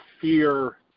fear